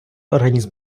організм